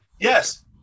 yes